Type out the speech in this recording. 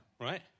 Right